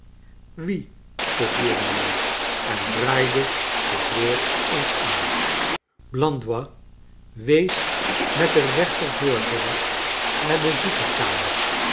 wie vroeg jeremia en draaide zich weer eens aan blandois wees met den reenter voorvinger naar de